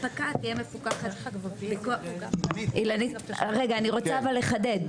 רגע אני רוצה לחדד.